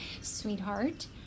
sweetheart